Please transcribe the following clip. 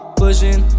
pushing